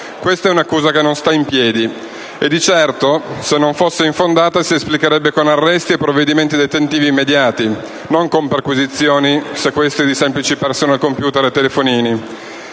Questa è un'accusa che non sta in piedi e di certo, se non fosse infondata, si esplicherebbe con arresti e provvedimenti detentivi immediati, non con perquisizioni e sequestri di semplici *personal computer* e telefonini.